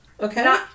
Okay